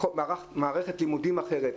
מערכת לימודים היא אחרת,